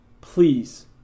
please